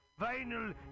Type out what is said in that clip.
Vinyl